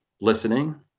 listening